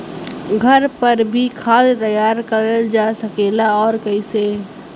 घर पर भी खाद तैयार करल जा सकेला और कैसे?